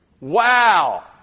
Wow